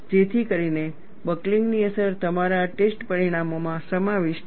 જેથી કરીને બકલિંગ ની અસર તમારા ટેસ્ટ પરિણામોમાં સમાવિષ્ટ છે